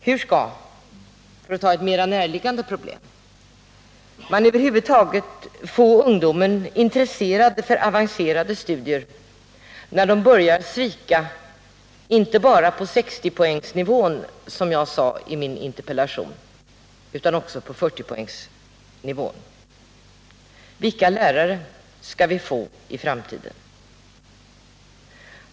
Hur skall man — för att ta ett mer närliggande problem —-Över huvud taget få ungdomarna intresserade för avancerade studier, när de börjar svika inte bara på 60-poängsnivån, som jag sade i min interpellation, utan också på 40-poängsnivån? Vilka lärare skall vi få i framtiden?